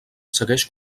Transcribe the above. segueix